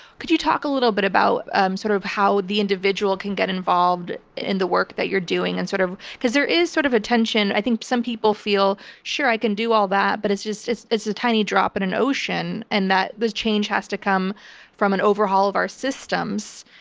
could you talk a little bit about um sort of how the individual can get involved in the work that you're doing? and sort of because there is sort of a tension. i think some people feel, sure i can do all that, but it's just just a tiny drop in an ocean, and that change has to come from an overhaul of our systems,